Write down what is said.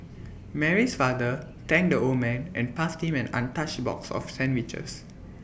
Mary's father thanked the old man and passed him an untouched box of sandwiches